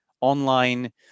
online